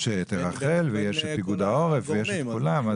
יש את רח"ל, את פיקוד העורף ואת כולם.